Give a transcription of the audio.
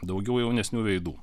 daugiau jaunesnių veidų